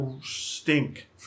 stink